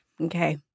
Okay